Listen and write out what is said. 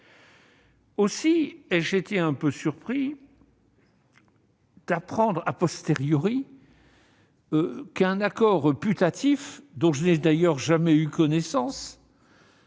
Aussi ai-je été un peu surpris d'apprendre qu'un accord putatif, dont je n'ai d'ailleurs jamais eu connaissance,